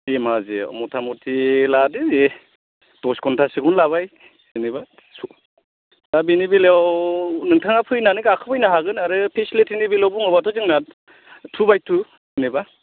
धेमाजिआव मथामथि लादो दे दस घन्टासोखौनो लाबाय जेनेबा दा बेनि बेलायाव नोंथाङा फैनानै गाखोफैनो हागोन आरो फेसिलिटि नि बेलायावबो जोंना तु बाय तु जेनेबा